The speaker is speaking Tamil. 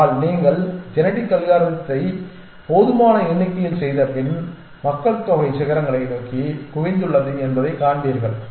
ஆனால் நீங்கள் ஜெனெடிக் அல்காரித்தை போதுமான எண்ணிக்கையில் செய்தபின் மக்கள் தொகை சிகரங்களை நோக்கி குவிந்துள்ளது என்பதைக் காண்பீர்கள்